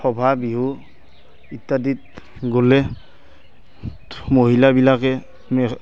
সভা বিহু ইত্যাদিত গ'লে মহিলাবিলাকে